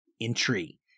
entry